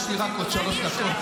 יש לי רק עוד שלוש דקות.